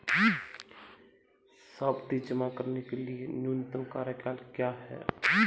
सावधि जमा के लिए न्यूनतम कार्यकाल क्या है?